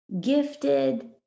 gifted